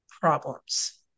problems